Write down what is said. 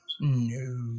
No